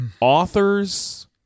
authors